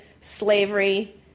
slavery